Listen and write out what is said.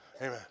Amen